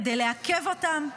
כדי לעכב אותם.